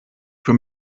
für